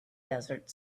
desert